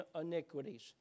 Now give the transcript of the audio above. iniquities